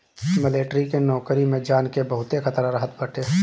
military के नोकरी में जान के बहुते खतरा रहत बाटे